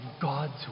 god's